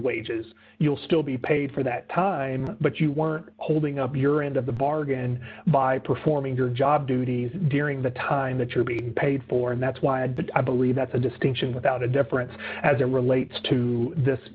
wages you'll still be paid for that time but you weren't holding up your end of the bargain by performing your job duties during the time that you're being paid for and that's why i believe that's a distinction without a difference as it relates to this